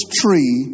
tree